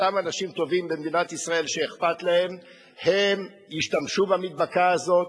אותם אנשים טובים במדינת ישראל שאכפת להם ישתמשו במדבקה הזאת,